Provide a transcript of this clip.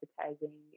advertising